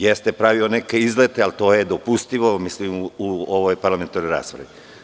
Jeste pravio neke izlete, ali to je dopustivo u ovoj parlamentarnoj raspravi.